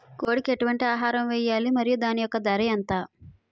కోడి కి ఎటువంటి ఆహారం వేయాలి? మరియు దాని యెక్క ధర ఎంత?